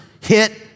hit